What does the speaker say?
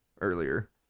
earlier